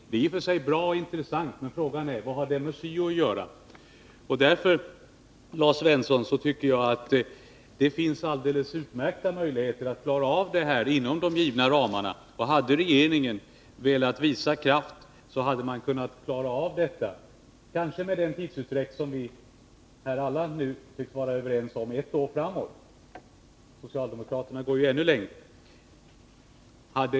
Det är i och för sig bra och intressant, men frågan är vad det har med syo att göra. Det finns således, Lars Svensson, alldeles utmärkta möjligheter att klara av reformen inom de givna ramarna. Hade regeringen velat visa kraft, hade den kunnat genomföra reformen, kanske med den tidsutdräkt på ett år som jualla tycks vara överens om — fastän socialdemokraterna ville skjuta på den ytterligare.